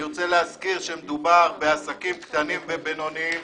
אני רוצה להזכיר שמדובר בעסקים קטנים ובינוניים